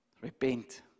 Repent